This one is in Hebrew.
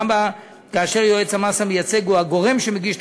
גם כאשר יועץ המס המייצג הוא הגורם שמגיש את